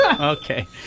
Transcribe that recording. Okay